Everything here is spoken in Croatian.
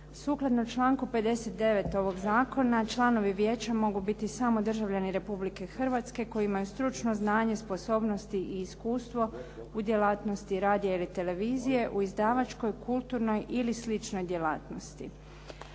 Sukladno članku 59. ovog zakona članovi Vijeća mogu biti samo državljani Republike Hrvatske koji imaju stručno znanje, sposobnosti i iskustvo u djelatnosti radija ili televizije, u izdavačkoj, kulturnoj ili sličnoj djelatnosti.